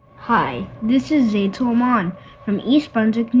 hi. this zae tulman from east brunswick,